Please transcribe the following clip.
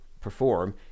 perform